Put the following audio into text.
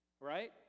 Right